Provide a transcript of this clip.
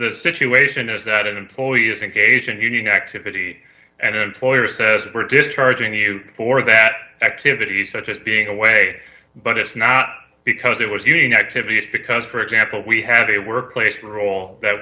the situation is that an employee is an occasion union activity and employer says we're discharging you for that activity such as being away but it's not because it was union activist because for example we have a workplace role that